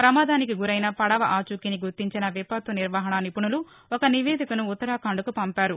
ప్రమాదానికి గురైన పడవ ఆచూకీని గుర్తించిన విపత్తు నిర్వహణ నిపుణులు ఒక నివేదికను ఉత్తరాఖండ్కు పంపారు